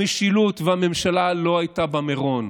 המשילות והממשלה לא היו במירון.